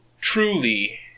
truly